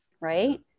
Right